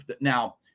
Now